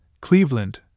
Cleveland